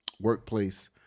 workplace